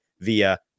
via